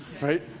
Right